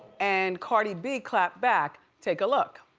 and cardi b clapped back, take a look.